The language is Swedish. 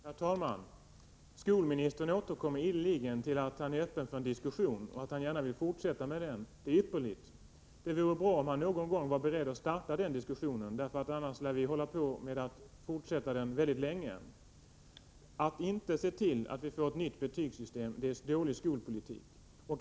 Herr talman! Skolministern återkommer ideligen till att han är öppen för en diskussion och att han gärna vill fortsätta den. Det är ypperligt. Det vore bra om han någon gång vore beredd att starta den diskussionen. Annars kan det dröja väldigt länge. Att inte se till att vi får ett nytt betygssystem är dålig skolpolitik.